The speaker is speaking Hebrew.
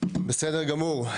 בסדר גמור.